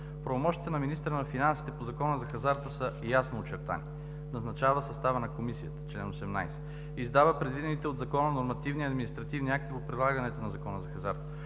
Правомощията на министъра на финансите по Закона за хазарта са ясно очертани: назначава състава на Комисията – чл. 18; издава предвидените от Закона нормативни административни актове по прилагането на Закона за хазарта;